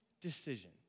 decision